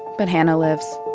but hana lives.